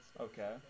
Okay